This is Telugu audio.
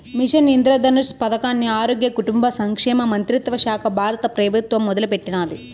మిషన్ ఇంద్రధనుష్ పదకాన్ని ఆరోగ్య, కుటుంబ సంక్షేమ మంత్రిత్వశాక బారత పెబుత్వం మొదలెట్టినాది